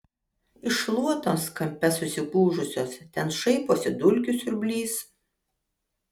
iš šluotos kampe susigūžusios ten šaiposi dulkių siurblys